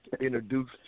introduced